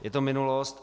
Je to minulost.